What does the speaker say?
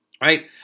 right